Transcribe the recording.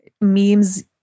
memes